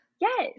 Yes